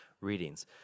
readings